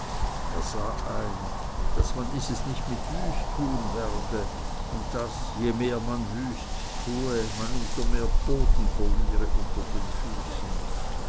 er sah ein daß man dieses nicht mit wüsttun werde und daß je mehr man wüst tue man um so mehr boden verliere unter den füßen